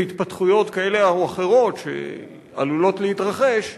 התפתחויות כאלה או אחרות שעלולות להתרחש,